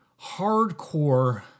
hardcore